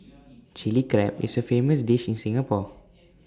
Chilli Crab is A famous dish in Singapore